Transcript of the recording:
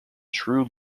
true